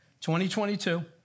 2022